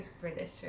British